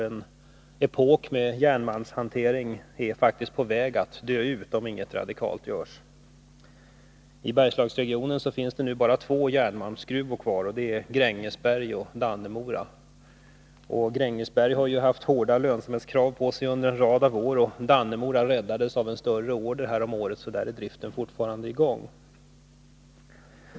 En epok med järnmalmshantering är faktiskt på väg att dö ut om inget radikalt görs. I Bergslagsregionen finns det nu bara två järnmalmsgruvor, och det är Grängesberg och Dannemora. Grängesberg har haft hårda lönsamhetskrav på sig under en rad år. Dannemora räddades av en större order häromåret, så där är driften fortfarande i gång.